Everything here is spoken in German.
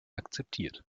akzeptiert